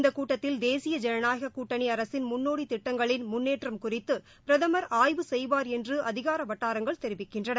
இந்த கூட்டத்தில் தேசிய ஜனநாயக கூட்டணி அரசின் முன்னோடி திட்டங்களின் முன்னேற்றம் குறித்து பிரதமர் ஆய்வு செய்வார் என்று அதிகார வட்டாரங்கள் தெரிவிக்கின்றன